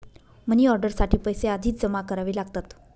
money order साठी पैसे आधीच जमा करावे लागतात